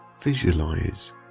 visualize